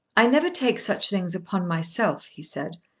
i never take such things upon myself, he said,